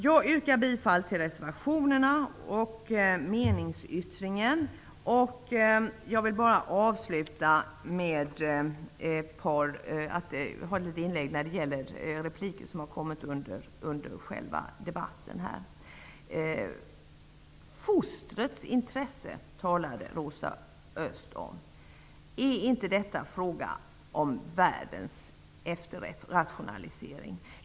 Jag yrkar bifall till reservationerna och meningsyttringen, och jag vill bara avsluta med att beröra repliker som har förekommit i debatten här. Fostrets intresse talade Rosa Östh om. Är det inte fråga om världens efterrationalisering?